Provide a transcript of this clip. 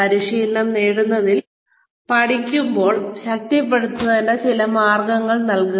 പരിശീലനം നേടുന്നയാൾ പഠിക്കുമ്പോൾ ശക്തിപ്പെടുത്തുന്നതിന് ചില മാർഗങ്ങൾ നൽകുക